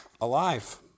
alive